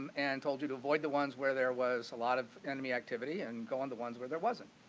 um and told you to avoid the ones where there was a lot of enemy activity and go on the ones where there wasn't.